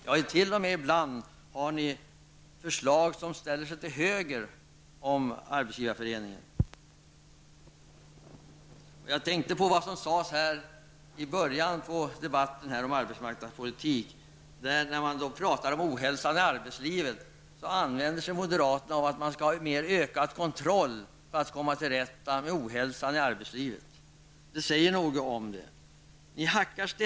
Ja, ibland har ni t.o.m. förslag som står till höger om Arbetsgivareföreningen. I början av debatten om arbetsmarknadspolitik, när man talade om ohälsan i arbetslivet, tänkte jag på att moderaterna använde argumentet att man skall ha en ökad kontroll för att komma till rätta med ohälsan i arbetslivet. Det säger något om moderaternas inställning.